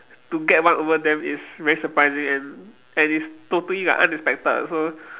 to get one over them is very surprising and and is totally like unexpected so